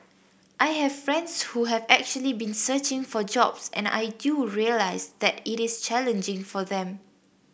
I have friends who have actually been searching for jobs and I do realise that it is challenging for them